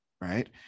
Right